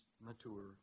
mature